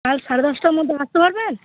কাল সাড়ে দশটার মধ্যে আসতে পারবেন